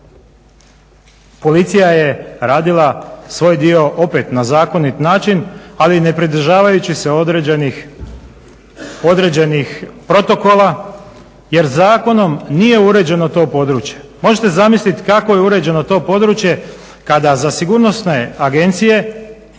policija je radila svoj dio opet na zakonit način ali ne pridržavajući se određenih protokola jer zakonom nije uređeno to područje. Možete zamislit kako je uređeno to područje kada za sigurnosne agencije